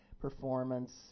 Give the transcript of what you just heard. performance